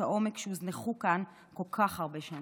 העומק שהוזנחו כאן כל כך הרבה שנים.